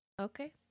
Okay